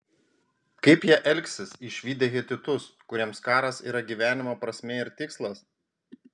kaip jie elgsis išvydę hetitus kuriems karas yra gyvenimo prasmė ir tikslas